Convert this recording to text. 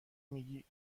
میگی